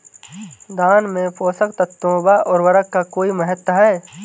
धान में पोषक तत्वों व उर्वरक का कोई महत्व है?